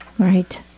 Right